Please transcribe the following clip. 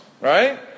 right